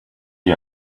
you